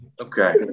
Okay